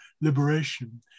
liberation